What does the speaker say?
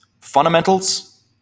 Fundamentals